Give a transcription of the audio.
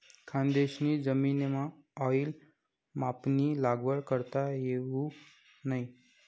खानदेशनी जमीनमाऑईल पामनी लागवड करता येवावू नै